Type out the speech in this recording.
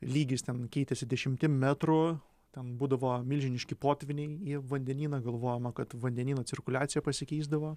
lygis ten keitėsi dešimtim metrų ten būdavo milžiniški potvyniai į vandenyną galvojama kad vandenyno cirkuliacija pasikeisdavo